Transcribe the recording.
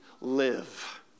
live